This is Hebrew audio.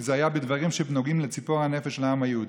כי זה היה בדברים שנוגעים לציפור הנפש של העם היהודי,